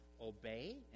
obey